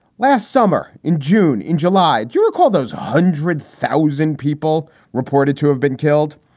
last summer, in june. in july. you recall those hundred thousand people reported to have been killed.